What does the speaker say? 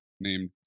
named